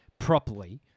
properly